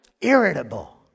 Irritable